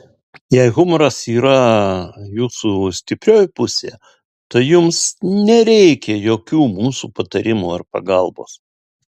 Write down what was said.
jei humoras yra jūsų stiprioji pusė tai jums nereikia jokių mūsų patarimų ar pagalbos